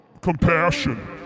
compassion